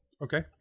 Okay